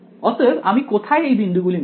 অতএব আমি কোথায় এই বিন্দুগুলি নেব